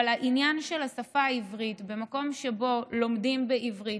אבל העניין של השפה העברית במקום שבו לומדים בעברית,